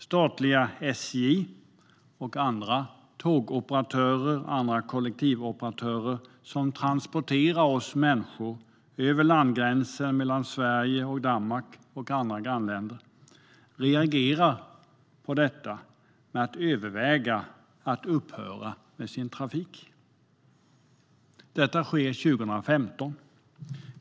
Statliga SJ och andra tågoperatörer samt andra kollektivoperatörer som transporterar oss över landgränsen mellan Sverige och Danmark, och även till och från andra grannländer, reagerar på detta genom att överväga att upphöra med sin trafik. Det sker år 2015.